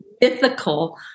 mythical